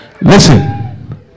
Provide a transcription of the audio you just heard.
listen